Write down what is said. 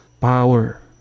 power